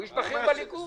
הוא איש בכיר בליכוד.